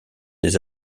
des